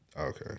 Okay